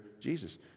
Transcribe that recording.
Jesus